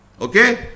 Okay